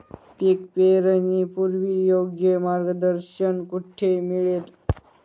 पीक पेरणीपूर्व योग्य मार्गदर्शन कुठे मिळेल?